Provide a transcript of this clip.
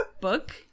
book